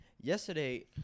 Yesterday